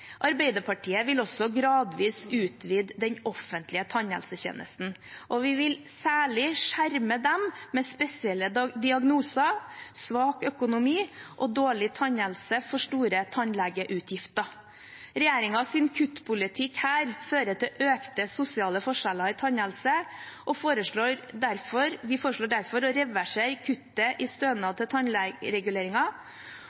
Arbeiderpartiet vil også gradvis utvide den offentlige tannhelsetjenesten. Vi vil særlig skjerme dem med spesielle diagnoser, svak økonomi og dårlig tannhelse for store tannlegeutgifter. Regjeringens kuttpolitikk her fører til økte sosiale forskjeller i tannhelse, og vi foreslår derfor å reversere kuttet i stønad